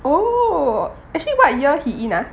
oh actually what year he in ah